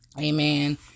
Amen